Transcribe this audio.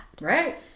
Right